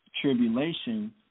tribulation